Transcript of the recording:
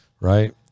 right